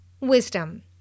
Wisdom